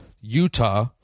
Utah